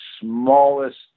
smallest